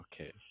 okay